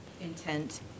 intent